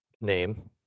name